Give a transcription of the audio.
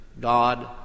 God